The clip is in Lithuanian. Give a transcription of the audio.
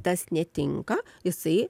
tas netinka jisai